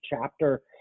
chapter